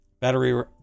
Battery